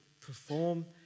perform